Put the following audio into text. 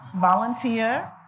volunteer